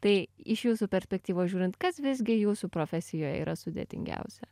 tai iš jūsų perspektyvos žiūrint kas visgi jūsų profesijoj yra sudėtingiausia